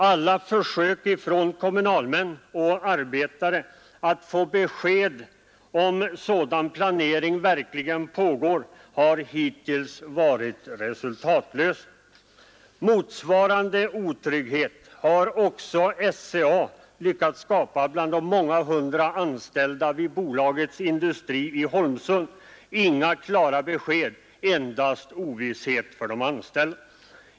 Alla försök från kommunalmän och arbetare att få besked om huruvida en sådan planering verkligen pågår har hittills varit resultatlösa. Motsvarande otrygghet har också SCA lyckats skapa bland de många hundra anställda vid bolagets industri i Holmsund. Inga klara besked har lämnats, och resultatet har blivit ovisshet för de anställda.